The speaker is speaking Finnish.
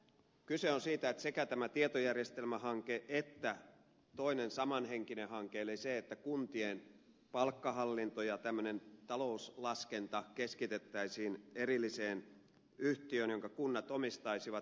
kyse on siitä että on sekä tämä tietojärjestelmähanke että toinen samanhenkinen hanke eli se että kuntien palkkahallinto ja talouslaskenta keskitettäisiin erilliseen yhtiöön jonka kunnat omistaisivat